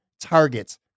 targets